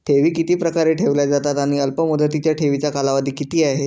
ठेवी किती प्रकारे ठेवल्या जातात आणि अल्पमुदतीच्या ठेवीचा कालावधी किती आहे?